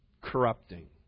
corrupting